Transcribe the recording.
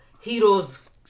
heroes